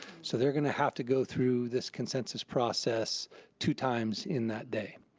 so they're gonna have to go through this consensus process two times in that day.